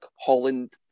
holland